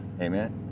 amen